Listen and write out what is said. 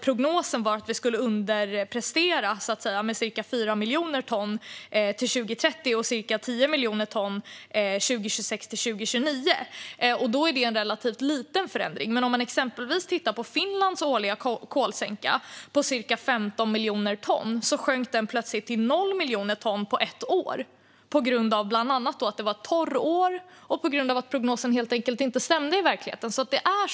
Prognosen var att vi skulle underprestera med cirka 4 miljoner ton till 2030 och cirka 10 miljoner ton mellan 2026 och 2029. Det är en relativt liten förändring. Men om man exempelvis tittar på Finlands årliga kolsänka på cirka 15 miljoner ton ser man att den plötsligt sjönk till noll miljoner ton på ett år, bland annat på grund av att det var torrår och på grund av att prognosen helt enkelt inte stämde i verkligheten.